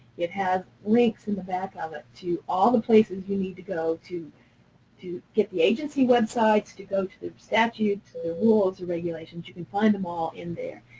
it has links in the back of it to all the places you need to go to to get the agency websites, to go to the statutes, the rules, the regulations, you can find them all in there.